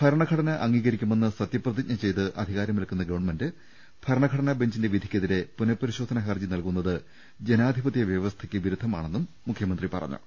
ഭരണഘടന അംഗീകരിക്കുമെന്ന് സത്യപ്രതിജ്ഞ ചെയ്ത് അധികാര മേൽക്കുന്ന ഗവൺമെന്റ് ഭരണഘടനാ ബഞ്ചിന്റെ വിധിക്കെതിരെ പുനഃപരിശോ ധനാ ഹർജി നൽകുന്നത് ജനാധിപത്യ വ്യവസ്ഥയ്ക്ക് വിരുദ്ധമാണെന്നും മുഖ്യ മന്ത്രി പറഞ്ഞു